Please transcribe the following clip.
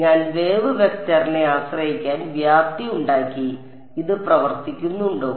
ഞാൻ വേവ് വെക്ടറിനെ ആശ്രയിക്കാൻ വ്യാപ്തി ഉണ്ടാക്കി ഇത് പ്രവർത്തിക്കുന്നുണ്ടോ